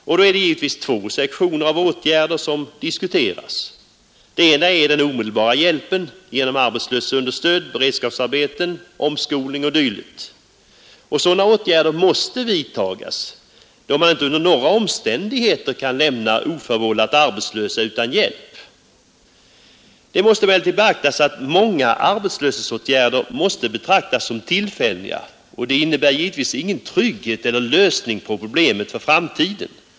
och da är det givetvis tva sektioner av åtgärder soma därvid diskuteras. Den ena är den omede!bara hjälpen genom urhetsiöshetsunderstöd, beredskapsarbeten, omskolning och dylikt. Sadana Myärder maste vidtagas, då man inte under nagra omständigheter kan amna oförvallat arbetslösa utan hjälp. Det maste emellertid besktas att manga arbetslöshetsätgärder är att betiakta som tilllälliga och att de givetvis inte innebär någon trygghet eller såägon lösamg på probicemet för framtiden.